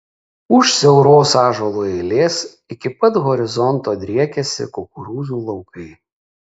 už siauros ąžuolų eilės iki pat horizonto driekiasi kukurūzų laukai